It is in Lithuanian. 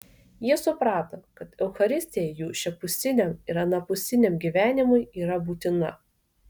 jie suprato kad eucharistija jų šiapusiniam ir anapusiniam gyvenimui yra būtina